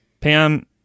Pam